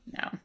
No